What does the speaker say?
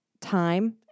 time